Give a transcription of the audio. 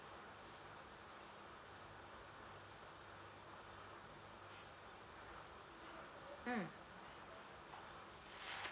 mm